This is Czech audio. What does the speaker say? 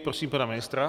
Prosím pana ministra.